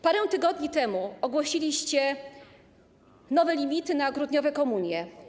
Parę tygodni temu ogłosiliście nowe limity na grudniowe komunie.